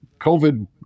COVID